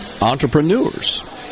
entrepreneurs